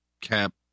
cap